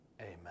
Amen